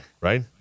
right